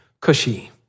cushy